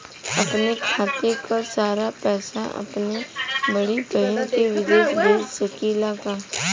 अपने खाते क सारा पैसा अपने बड़ी बहिन के विदेश भेज सकीला का?